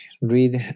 read